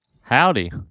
Howdy